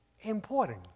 important